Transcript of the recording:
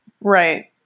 right